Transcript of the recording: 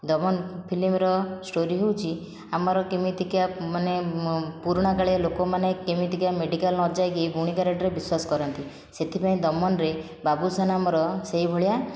ଦମନ ଫିଲ୍ମର ଷ୍ଟୋରି ହେଉଛି ଆମର କେମିତିକିଆ ମାନେ ପୁରୁଣା କାଳିଆ ଲୋକମାନେ କେମିତିକା ମେଡ଼ିକାଲ ନ ଯାଇକି ଗୁଣି ଗାରେଡ଼ିରେ ବିଶ୍ଵାସ କରନ୍ତି ସେଥିପାଇଁ ଦମନର ବାବୁସାନ ଆମର ସେହିଭଳିଆ